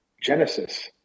Genesis